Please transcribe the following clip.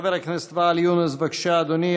חבר הכנסת ואאל יונס, בבקשה, אדוני.